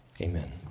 amen